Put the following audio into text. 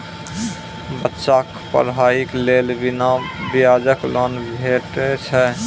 बच्चाक पढ़ाईक लेल बिना ब्याजक लोन भेटै छै?